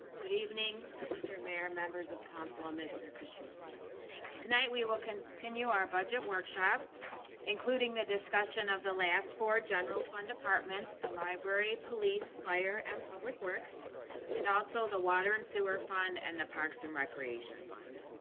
good evening mr mayor, members of council on mr cause she was skiing tonight. we will continue our budget workshop including the discussion of the last four general fund departments, the library, police, fire and public works and also the water and sewer fund and the parks and recreation fund.